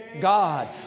God